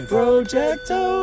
Projecto